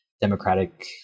democratic